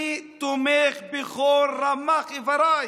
אני תומך בכל רמ"ח אבריי.